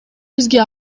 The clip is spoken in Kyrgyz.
бизге